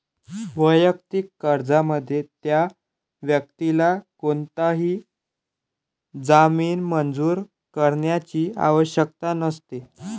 वैयक्तिक कर्जामध्ये, त्या व्यक्तीला कोणताही जामीन मंजूर करण्याची आवश्यकता नसते